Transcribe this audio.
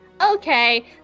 okay